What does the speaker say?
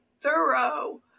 thorough